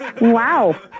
Wow